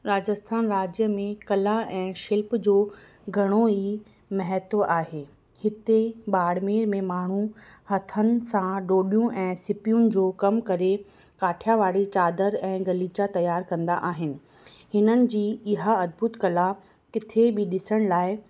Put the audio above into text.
राजस्थान राज्य में कला ऐं शिल्प जो घणो ई महत्व आहे हिते बाड़मेर में माण्हू हथनि सां ॾोॾियूं ऐं सिपियुनि जो कम करे काठीयावाड़ी चादर ऐं गलीचा तयारु कंदा आहिनि हिननि जी इहा अदभुत कला किथे बि ॾिसण लाइ